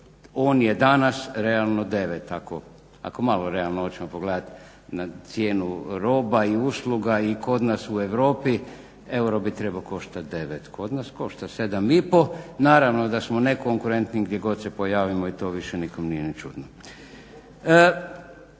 On je danas realno 9 ako malo realno hoćemo pogledati na cijenu roba i usluga i kod nas u Europi euro bi trebao koštat 9, kod nas košta 7,5. Naravno da smo nekonkurentni gdje god se pojavimo i to više nikom nije ni čudno.